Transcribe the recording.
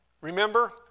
Remember